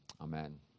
Amen